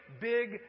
big